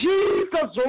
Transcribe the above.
Jesus